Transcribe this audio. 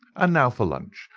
and now for lunch,